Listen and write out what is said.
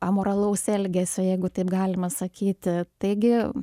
amoralaus elgesio jeigu taip galima sakyti taigi